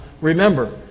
Remember